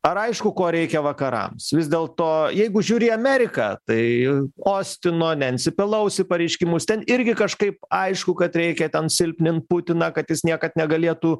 ar aišku ko reikia vakarams vis dėlto jeigu žiūri į ameriką tai ostino nensi pelousi pareiškimus ten irgi kažkaip aišku kad reikia ten silpnint putiną kad jis niekad negalėtų